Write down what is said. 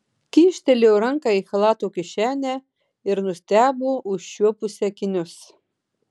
kyštelėjo ranką į chalato kišenę ir nustebo užčiuopusi akinius